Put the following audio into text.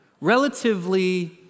Relatively